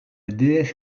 déesse